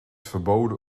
verboden